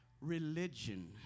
religion